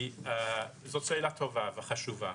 זו שאלה טובה וחשובה.